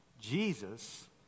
Jesus